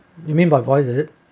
you mean my voices is it